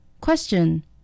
Question